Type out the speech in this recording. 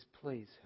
please